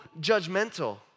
judgmental